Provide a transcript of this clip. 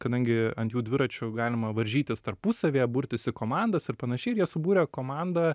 kadangi ant jų dviračių galima varžytis tarpusavyje burtis į komandas ir panašiai ir jie subūrė komandą